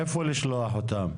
איפה לשלוח אותם,